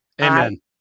Amen